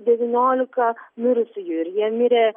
devyniolika mirusiųjų ir jie mirė